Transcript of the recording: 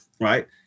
right